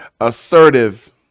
assertive